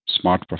smart